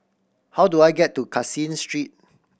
how do I get to Caseen Street